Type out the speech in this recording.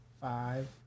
five